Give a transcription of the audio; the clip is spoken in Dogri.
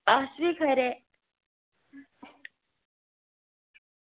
अस बी खरे